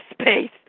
space